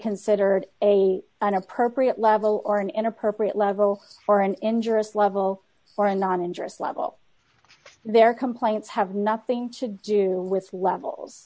considered a an appropriate level or an inappropriate level for an insurance level or a non interest level their complaints have nothing to do with levels